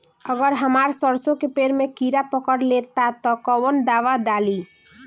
अगर हमार सरसो के पेड़ में किड़ा पकड़ ले ता तऽ कवन दावा डालि?